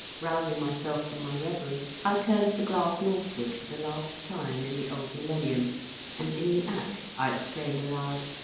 rousing myself from my reverie i turned the glass northward for the last time in the old millennium and in the act, i exclaimed aloud,